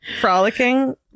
Frolicking